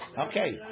okay